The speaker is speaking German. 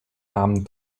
namen